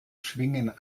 schwingen